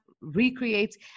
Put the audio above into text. recreates